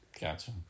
Gotcha